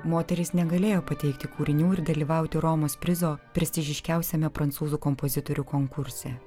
moteris negalėjo pateikti kūrinių ir dalyvauti romos prizo prestižiškiausiame prancūzų kompozitorių konkurse